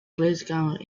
kleedkamer